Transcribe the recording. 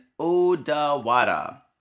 Odawada